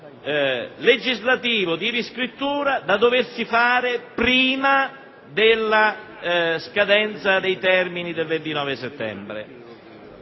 legislativo di riscrittura da svolgere prima della scadenza dei termini del 29 settembre.